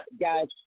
guys